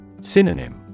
Synonym